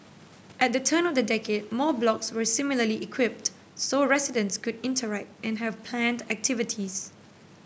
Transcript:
at the turn of the decade more blocks were similarly equipped so residents could interact and have planned activities